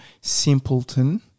simpleton